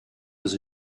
was